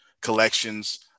collections